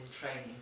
training